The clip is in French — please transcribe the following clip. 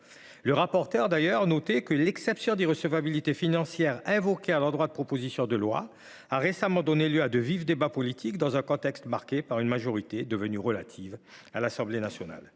et sénateurs. « En effet, l’exception d’irrecevabilité financière invoquée à l’endroit de propositions de loi a récemment donné lieu à de vifs débats politiques, dans un contexte marqué par une majorité devenue relative à l’Assemblée nationale.